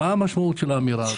מה המשמעות של האמירה הזאת?